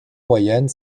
moyenne